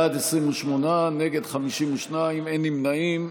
בעד, 28, נגד, 52, אין נמנעים.